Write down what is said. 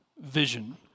vision